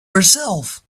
herself